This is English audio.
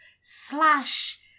slash